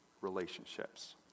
relationships